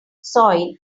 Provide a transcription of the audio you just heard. soil